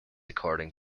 according